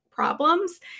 problems